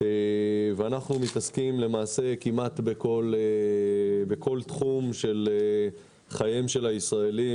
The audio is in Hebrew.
אנחנו עוסקים כמעט בכל תחום של חיי הישראלים.